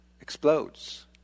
...explodes